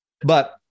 But-